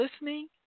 listening